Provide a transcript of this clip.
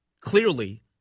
clearly